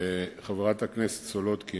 הפערים בחברה הישראלית הולכים